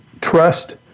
trust